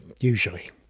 usually